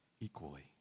Equally